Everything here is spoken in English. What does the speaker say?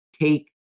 take